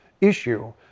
issue